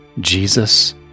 Jesus